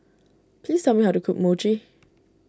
please tell me how to cook Mochi